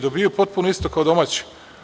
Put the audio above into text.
Dobijaju potpuno isto kao domaći.